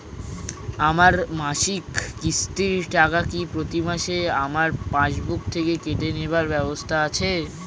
আমার মাসিক কিস্তির টাকা কি প্রতিমাসে আমার পাসবুক থেকে কেটে নেবার ব্যবস্থা আছে?